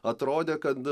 atrodė kad